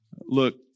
Look